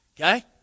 Okay